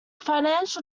financial